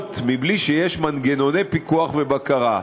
עלומות בלי שיש מנגנוני פיקוח ובקרה,